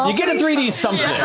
ah get a three d something.